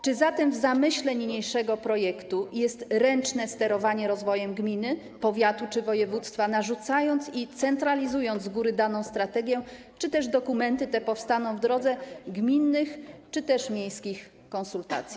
Czy zatem w zamyśle niniejszego projektu jest to, by ręcznie sterować rozwojem gminy, powiatu czy województwa, narzucając i centralizując z góry daną strategię, czy też dokumenty te powstaną w drodze gminnych lub miejskich konsultacji?